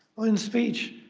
ah in speech,